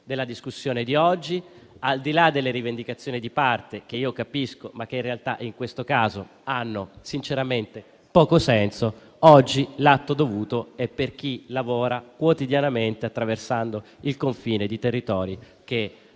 della discussione di oggi, al di là delle rivendicazioni di parte, che io capisco ma che in realtà, in questo caso, hanno sinceramente poco senso. Oggi l'atto dovuto è per chi lavora quotidianamente attraversando il confine di territori che devono